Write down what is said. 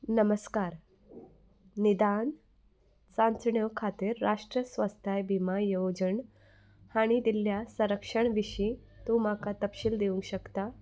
नमस्कार निदान चांचण्यो खातीर राष्ट्र स्वस्थाय बिमा येवजण हांणी दिल्ल्या संरक्षणा विशीं तूं म्हाका तपशील दिवंक शकता